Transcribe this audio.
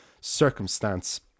circumstance